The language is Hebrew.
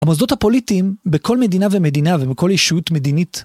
המוסדות הפוליטיים בכל מדינה ומדינה ובכל ישות מדינית.